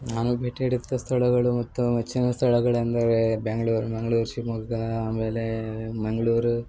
ನಾನು ಭೇಟಿ ನೀಡಿದಂಥ ಸ್ಥಳಗಳು ಮತ್ತು ನೆಚ್ಚಿನ ಸ್ಥಳಗಳು ಅಂದರೆ ಬ್ಯಾಂಗ್ಳೂರು ಮಂಗ್ಳೂರು ಶಿವಮೊಗ್ಗ ಆಮೇಲೆ ಮಂಗಳೂರು